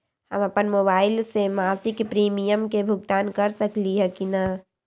हम अपन मोबाइल से मासिक प्रीमियम के भुगतान कर सकली ह की न?